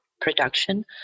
production